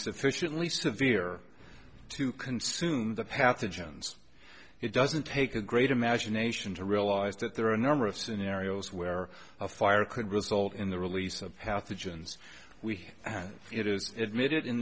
sufficiently severe to consume the pathogens it doesn't take a great imagination to realize that there are a number of scenarios where a fire could result in the release of pathogens it is admitted in